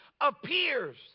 appears